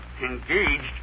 Engaged